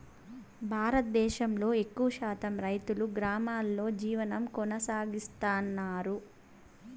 భారతదేశంలో ఎక్కువ శాతం రైతులు గ్రామాలలో జీవనం కొనసాగిస్తన్నారు